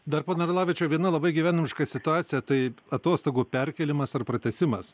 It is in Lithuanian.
dar pone arlavičiau viena labai gyvenimiška situacija taip atostogų perkėlimas ar pratęsimas